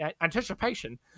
anticipation